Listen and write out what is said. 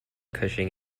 cushing